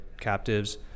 captives